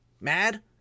mad